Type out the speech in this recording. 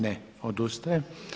Ne, odustaje.